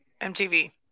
MTV